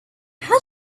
how